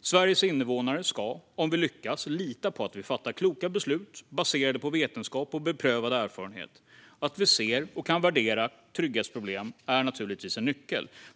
Sveriges invånare ska, om vi lyckas, lita på att vi fattar kloka beslut baserade på vetenskap och beprövad erfarenhet. Att vi ser och kan värdera trygghetsproblem är naturligtvis en nyckel.